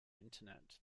internet